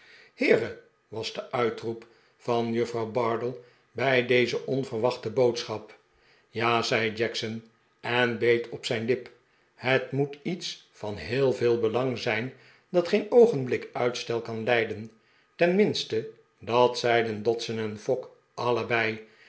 heere was de uitroep van juffrouw bardell bij deze onverwachte boodschap ja zei jackson en beet op zijn lip het moet iets van heel veel belang zijn dat geen oogenblik uitstel kan lijdenj tenminste dat zeiden dodson en fogg allebei